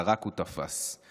זרק ותפס.